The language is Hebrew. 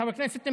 חבר הכנסת אמסלם,